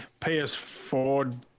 PS4